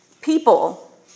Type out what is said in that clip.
People